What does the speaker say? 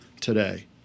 today